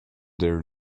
their